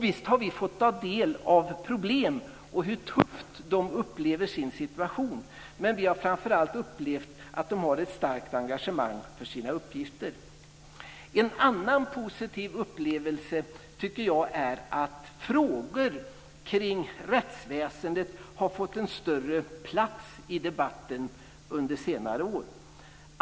Visst har vi fått ta del av problem och hur tufft de upplever sin situation, men vi har framför allt sett att de har ett starkt engagemang för sina uppgifter. En annan positiv upplevelse tycker jag är att frågor kring rättsväsendet har fått en större plats i debatten under senare år.